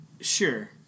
Sure